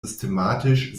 systematisch